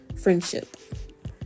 friendship